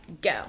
Go